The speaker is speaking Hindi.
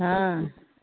हाँ